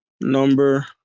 number